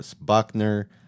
buckner